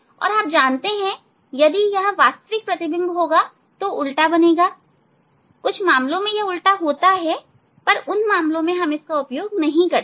और आप जानते हैं यदि यह वास्तविक प्रतिबिंब होगा तो यह उल्टा होगा कुछ मामलों में यह उल्टा होता है उन मामलों में हम इसका उपयोग नहीं कर सकते